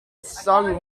seung